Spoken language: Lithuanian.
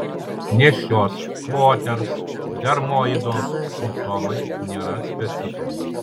nėščios moters dermoido simptomai nėra specifiniai